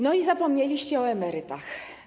No i zapomnieliście o emerytach.